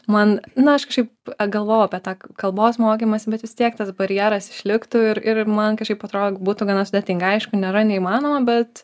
man na aš kažkaip galvojau apie tą kalbos mokymąsi bet vis tiek tas barjeras išliktų ir ir man kažkaip atrodo būtų gana sudėtinga aišku nėra neįmanoma bet